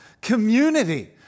community